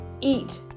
eat